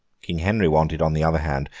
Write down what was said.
king henry wanted, on the other hand,